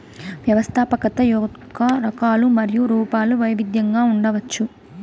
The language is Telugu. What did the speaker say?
వ్యవస్థాపకత యొక్క రకాలు మరియు రూపాలు వైవిధ్యంగా ఉండవచ్చు